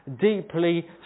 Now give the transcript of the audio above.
deeply